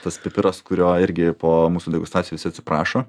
tas pipiras kurio irgi po mūsų degustacijos visi atsiprašo